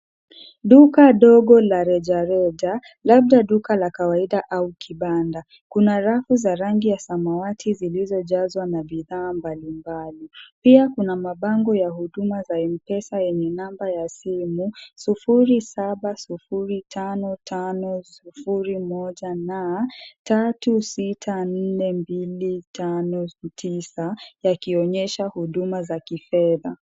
Duka dogo la rejareja, labda duka la kawaida au kibanda. Kuna rafu za rangi ya samawati zilizojazwa na bidhaa mbalimbali. Pia kuna mabango ya huduma za M-Pesa yenye namba ya simu sufuri, saba, sufuri, tano tano, sufuri,, moja na tatu, sita, nne, mbili, tano, tisa yakionyesha huduma za kifedha.